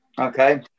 Okay